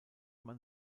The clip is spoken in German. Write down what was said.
man